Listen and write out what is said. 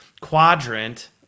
quadrant